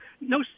No